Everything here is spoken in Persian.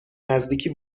نزدیکی